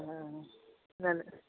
ആ നന്ദി